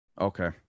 Okay